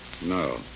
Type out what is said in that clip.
No